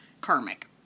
karmic